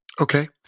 Okay